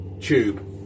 tube